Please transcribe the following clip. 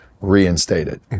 reinstated